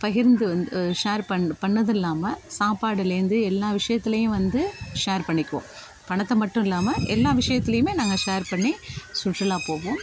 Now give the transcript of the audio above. பகிர்ந்து வந்து ஷேர் பண்ணி பண்ணதும் இல்லாமல் சாப்பாடுலேருந்து எல்லா விஷயத்துலையும் வந்து ஷேர் பண்ணிக்குவோம் பணத்தை மட்டும் இல்லாமல் எல்லா விஷயத்துலையுமே நாங்கள் ஷேர் பண்ணி சுற்றுலா போவோம்